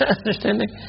understanding